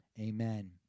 Amen